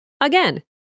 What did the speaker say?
again